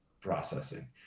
processing